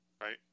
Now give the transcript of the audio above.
right